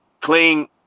clean